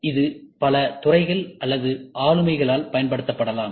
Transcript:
இது பல துறைகள் அல்லது ஆளுமைகளால் பயன்படுத்தப்படலாம்